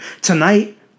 Tonight